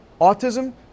Autism